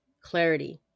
clarity